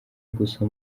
gusa